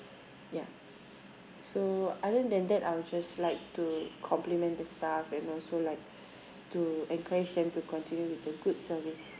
ya so other than that I'll just like to compliment the staff and also like to encourage them to continue with the good service